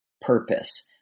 purpose